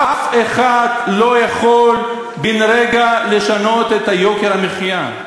אף אחד לא יכול בן-רגע לשנות את יוקר המחיה.